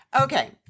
Okay